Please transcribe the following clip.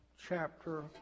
chapter